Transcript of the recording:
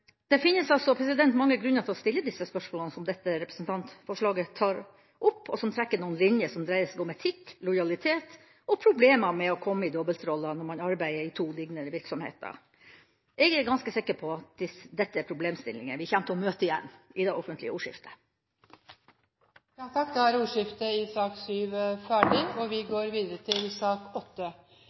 Det finnes mange grunner til å stille disse spørsmålene som dette representantforslaget tar opp, og som trekker opp noen linjer som dreier seg om etikk, lojalitet og problemene med å komme i dobbeltroller når man arbeider i to liknende virksomheter. Jeg er ganske sikker på at dette er problemstillinger som vi kommer til å møte igjen i det offentlige ordskiftet. Flere har ikke bedt om ordet til sak nr. 7. Etter ønske fra helse- og omsorgskomiteen vil presidenten foreslå at taletiden blir begrenset til